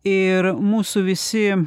ir mūsų visi